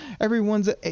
everyone's